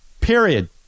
Period